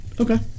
Okay